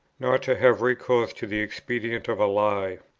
nor to have recourse to the expedient of a lie.